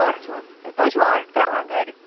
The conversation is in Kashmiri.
آرڈر چھُو حظ تۄہہِ چھُوا آرڈر تَراوان گَرِ